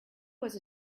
was